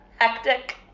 Hectic